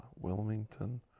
Wilmington